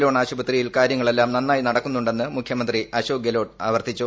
loan ആശുപത്രിയിൽ കാര്യങ്ങളെല്ലാം നന്നായി നടക്കുന്നുണ്ടെന്ന് മുഖ്യമന്ത്രി അശോക് ഗെലോട്ട് ആവർത്തിച്ചു